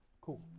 Cool